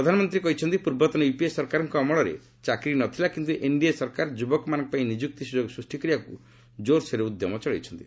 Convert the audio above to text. ପ୍ରଧାନମନ୍ତ୍ରୀ କହିଛନ୍ତି ପୂର୍ବତନ ୟୁପିଏ ସରକାରଙ୍କ ଅମଳରେ ଚାକିରି ନ ଥିଲା କିନ୍ତୁ ଏନ୍ଡିଏ ସରକାର ଯୁବକମାନଙ୍କପାଇଁ ନିଯୁକ୍ତି ସୁଯୋଗ ସୃଷ୍ଟି କରିବାକୁ ଜୋର୍ସୋର୍ରେ ଉଦ୍ୟମ ଚଳାଇଛନ୍ତି